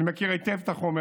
אני מכיר היטב את החומר.